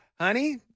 honey